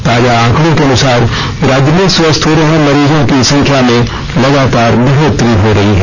ताजा आंकड़ों के अनुसार राज्य में स्वस्थ हो रहे मरीजों की संख्या में लगातार बढ़ोतरी हो रही है